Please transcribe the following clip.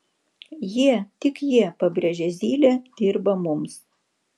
jie tik jie pabrėžė zylė dirba mums